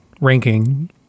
ranking